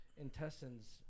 intestines